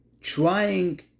trying